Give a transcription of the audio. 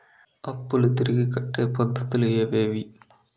అప్పులు తిరిగి కట్టే పద్ధతులు ఏవేవి